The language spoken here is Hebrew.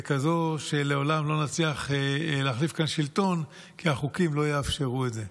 וכזאת שלעולם לא נצליח להחליף בה את השלטון כי החוקים לא יאפשרו את זה.